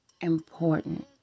important